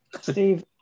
Steve